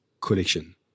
collection